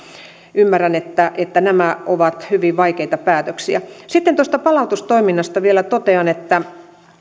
ymmärrän että että nämä ovat hyvin vaikeita päätöksiä sitten tuosta palautustoiminnasta vielä totean että